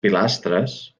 pilastres